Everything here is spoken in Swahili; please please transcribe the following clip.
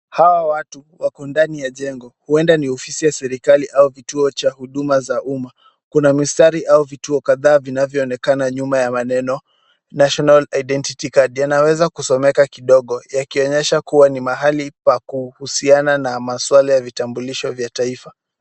Hawa watu wako ndani ya jengo, huenda ni ofisi ya serikali au kituo cha huduma za umma, kuna mistari au vituo kadhaa vinavyoonekana nyuma ya maneno national identity card yanaweza kusomeka kidogo yakionyesha kuwa ni mahali pa kuhusiana na maswala ya vitambulisho vya taifa.